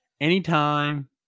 anytime